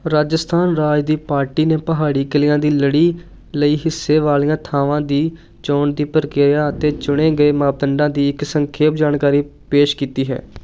ਰਾਜਸਥਾਨ ਰਾਜ ਦੀ ਪਾਰਟੀ ਨੇ ਪਹਾੜੀ ਕਿਲ੍ਹਿਆਂ ਦੀ ਲੜੀ ਲਈ ਹਿੱਸੇ ਵਾਲੀਆਂ ਥਾਵਾਂ ਦੀ ਚੋਣ ਦੀ ਪ੍ਰਕਿਰਿਆ ਅਤੇ ਚੁਣੇ ਗਏ ਮਾਪਦੰਡਾਂ ਦੀ ਇੱਕ ਸੰਖੇਪ ਜਾਣਕਾਰੀ ਪੇਸ਼ ਕੀਤੀ ਹੈ